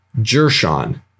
Jershon